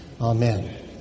Amen